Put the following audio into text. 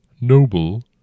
noble